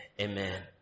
amen